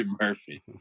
Murphy